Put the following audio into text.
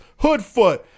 Hoodfoot